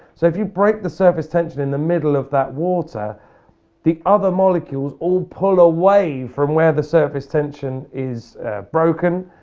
so if you break the surface tension in the middle of that water the other molecules all pull away from where the surface tension is broken,